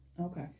Okay